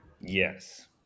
Yes